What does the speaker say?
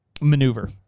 maneuver